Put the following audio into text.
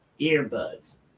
earbuds